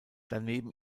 daneben